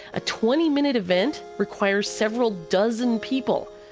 a twenty minute event requires several dozen people.